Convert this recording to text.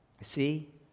see